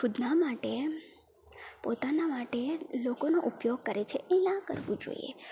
ખુદના માટે પોતાના માટે લોકોનો ઉપયોગ કરે છે એ ના કરવું જોઈએ